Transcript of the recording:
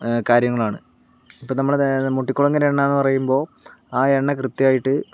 കാര്യങ്ങളാണ് ഇപ്പോൾ നമ്മുടെ മുട്ടിക്കുളങ്ങര എണ്ണയെന്ന് പറയുമ്പോൾ ആ എണ്ണ കൃത്യമായിട്ട്